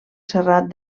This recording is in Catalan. serrat